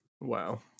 Wow